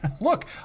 Look